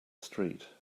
street